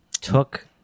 took